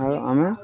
ଆଉ ଆମେ